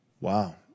Wow